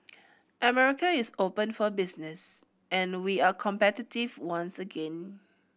America is open for business and we are competitive once again